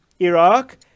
iraq